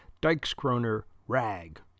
Dykes-Kroner-Rag